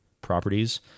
properties